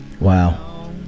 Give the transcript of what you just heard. wow